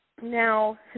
Now